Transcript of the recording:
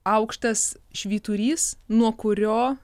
aukštas švyturys nuo kurio